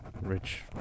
Rich